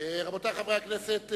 רבותי חברי הכנסת,